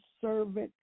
servant